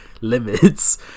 limits